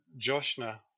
Joshna